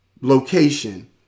location